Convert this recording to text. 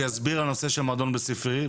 שיסביר על הנושא של מועדון בית ספרי,